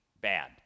bad